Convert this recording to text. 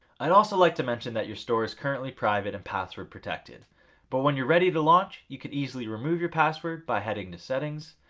i'd also like to mention that your store is currently private, and password protected but when you're ready to launch you can easily remove your password by heading to settings,